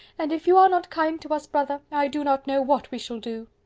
and if you are not kind to us, brother, i do not know what we shall do.